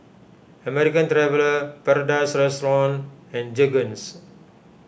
American Traveller Paradise Restaurant and Jergens